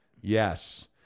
Yes